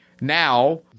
now